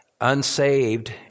unsaved